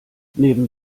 neben